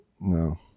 No